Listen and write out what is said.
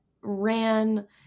ran